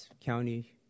county